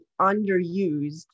underused